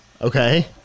Okay